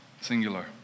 singular